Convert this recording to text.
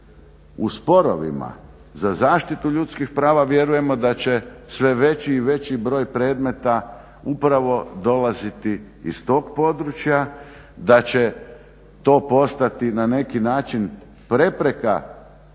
u sporovima za zaštitu ljudskih prava, vjerujemo da će sve veći i veći broj predmeta upravo dolaziti iz tog područja, da će to postati na neki način prepreka adekvatnog